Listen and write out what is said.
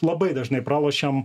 labai dažnai pralošiam